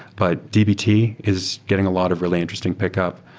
but dbt is getting a lot of really interesting pick up.